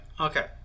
Okay